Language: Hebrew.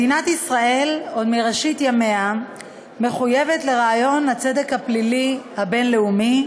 מדינת ישראל עוד מראשית ימיה מחויבת לרעיון הצדק הפלילי הבין-לאומי,